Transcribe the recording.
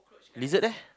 lizard leh